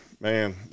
man